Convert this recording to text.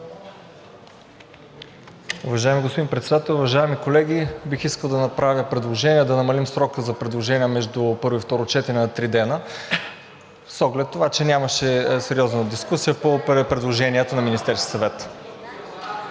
Уважаеми господин Председател, уважаеми колеги! Бих искал да направя предложение да намалим срока за предложения между първо и второ четене на три дни с оглед на това, че нямаше сериозна дискусия по предложенията на Министерския съвет.